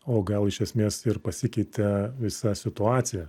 o gal iš esmės pasikeitė visa situacija